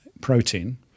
protein